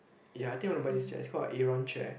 ya I think I want to buy this chair it's called a aeron chair